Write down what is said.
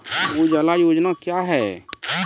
उजाला योजना क्या हैं?